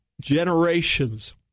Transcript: generations